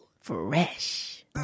Fresh